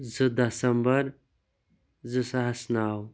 زٕ دسَمبر زٕ ساس نَو